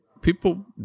people